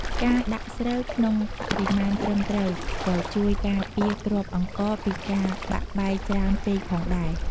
ការដាក់ស្រូវក្នុងបរិមាណត្រឹមត្រូវក៏ជួយការពារគ្រាប់អង្ករពីការបាក់បែកច្រើនពេកផងដែរ ។